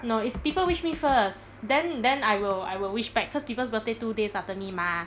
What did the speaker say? no is people wish me first then then I will I will wish back cause people's birthday two days after me mah